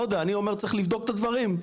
לא יודע, אני אומר צריך לבדוק את הדברים.